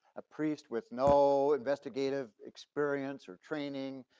a priest with no investigative experience or training,